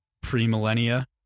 pre-millennia